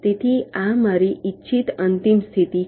તેથી આ મારી ઇચ્છિત અંતિમ સ્થિતિ છે